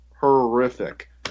horrific